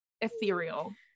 ethereal